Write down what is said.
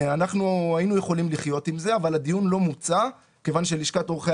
אנחנו היינו יכולים לחיות עם זה אבל הדיון לא מוצה כיוון שלשכת עורכי